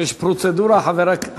יש פרוצדורה, חברת הכנסת איילת שקד.